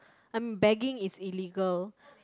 um begging is illegal